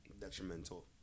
detrimental